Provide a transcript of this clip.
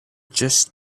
just